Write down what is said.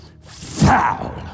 foul